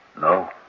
No